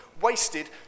wasted